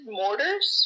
mortars